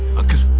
okay?